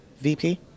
VP